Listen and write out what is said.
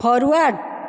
forward